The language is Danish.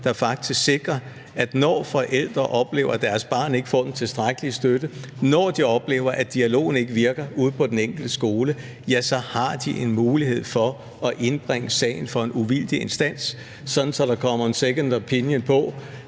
der faktisk sikrer, at når forældre oplever, at deres barn ikke får den tilstrækkelige støtte; når de oplever, at dialogen ikke virker ude på den enkelte skole, ja, så har de en mulighed for at indbringe sagen for en uvildig instans, sådan at der kommer en second opinion,